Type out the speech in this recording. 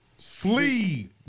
flee